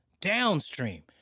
downstream